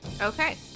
Okay